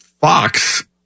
Fox